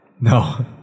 No